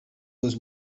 was